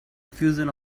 fusion